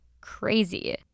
Crazy